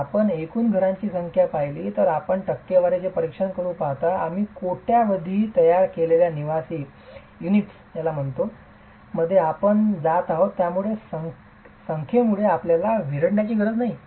जर आपण एकूण घरांची संख्या पाहिली तर आपण टक्केवारीचे परीक्षण करू शकता आम्ही कोट्यावधी तयार केलेल्या निवासी युनिट्स मध्ये आपण जात आहोत त्या संख्येमुळे आपल्याला विव्हळण्याची गरज नाही